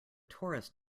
torus